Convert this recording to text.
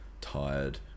tired